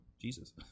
Jesus